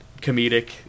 comedic